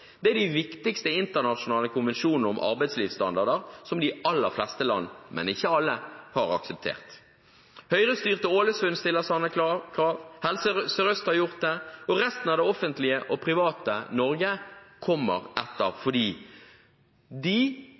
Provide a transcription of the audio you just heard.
er de viktigste internasjonale konvensjoner om arbeidslivsstandarder, som de aller fleste land, men ikke alle, har akseptert. Høyrestyrte Ålesund stiller sånne krav, Helse Sør-Øst har gjort det, og resten av det offentlige og private Norge kommer etter, fordi